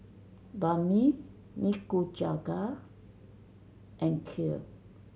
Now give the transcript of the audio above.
Banh Mi Nikujaga and Kheer